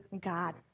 God